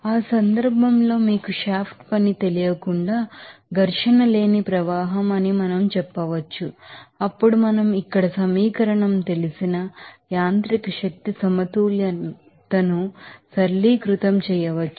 ఆ సందర్భంలో మీకు షాఫ్ట్ పని తెలియకుండా ఫ్రిక్షన్లెస్ ఫ్లో రేట్ అని మనం చెప్పవచ్చు అప్పుడు మనం ఇక్కడ సమీకరణం తెలిసిన మెకానికల్ ఎనర్జీ బాలన్స్ ను సరళీకృతం చేయవచ్చు